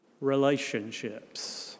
relationships